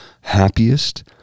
happiest